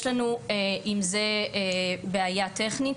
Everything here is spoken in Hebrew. יש לנו עם זה בעיה טכנית,